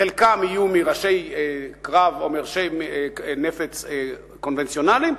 חלקם יהיו מראשי קרב או מראשי נפץ קונבנציונליים,